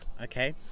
Okay